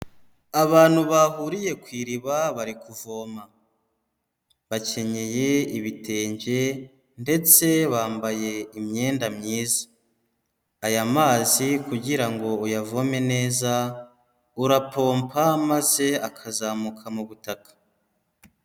Abantu bahuriye ku iriba bari kuvoma. Bakenyeye ibitenge, ndetse bambaye imyenda myiza. Aya mazi kugira ngo uyavome neza, urapompa maze akazamuka mu butaka.